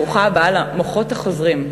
ברוכה הבאה, "למוחות החוזרים".